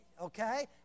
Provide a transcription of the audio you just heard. okay